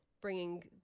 bringing